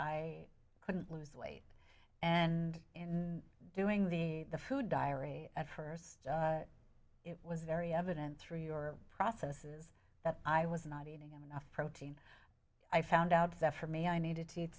i couldn't lose weight and in doing the food diary at first it was very evident through your processes that i was not eating enough protein i found out that for me i needed to ea